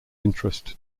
interest